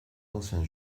anciens